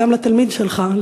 אבל גם לתלמיד שלך,